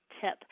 tip